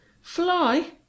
Fly